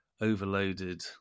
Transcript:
overloaded